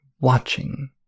watching